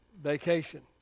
vacation